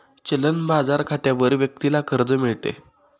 चलन बाजार खात्यावर व्यक्तीला कर्ज मिळते